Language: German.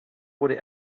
wurde